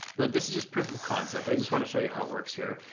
but this is just proof of concept. i just want to show you how it works here.